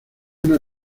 una